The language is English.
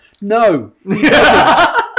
No